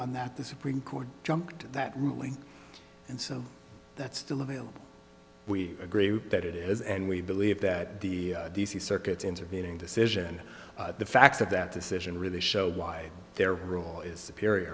on that the supreme court jumped that really and so that's still available we agree that it is and we believe that the d c circuit intervening decision the facts of that decision really show why their rule is per